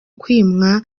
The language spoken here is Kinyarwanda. kwimwa